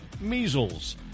measles